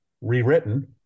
rewritten